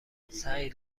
سعید